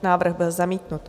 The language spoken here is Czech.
Návrh byl zamítnut.